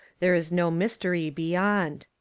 there is no mystery beyond.